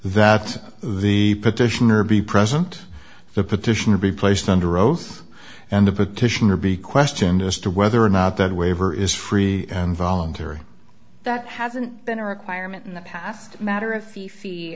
that the petitioner be present the petition to be placed under oath and the petitioner be questioned as to whether or not that waiver is free and voluntary that hasn't been a requirement in the past matter